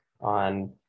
on